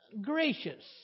gracious